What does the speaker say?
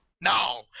No